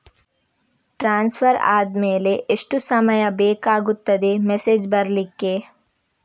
Transfer ಆದ್ಮೇಲೆ ಎಷ್ಟು ಸಮಯ ಬೇಕಾಗುತ್ತದೆ ಮೆಸೇಜ್ ಬರ್ಲಿಕ್ಕೆ?